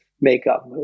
makeup